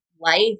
life